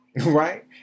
right